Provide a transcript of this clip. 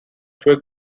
twig